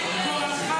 ומשקר.